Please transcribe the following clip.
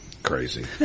crazy